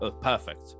Perfect